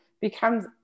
becomes